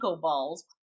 balls